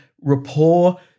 rapport